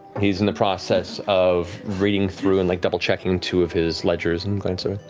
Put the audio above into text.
he's in the process of reading through and like double checking two of his ledgers and glances over,